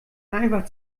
einfach